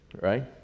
right